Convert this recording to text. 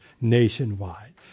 nationwide